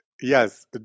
yes